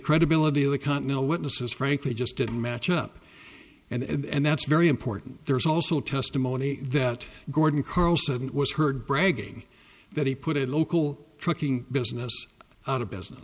credibility of the continental witnesses frankly just didn't match up and and that's very important there's also testimony that gordon was heard bragging that he put a local trucking business out of business